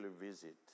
visit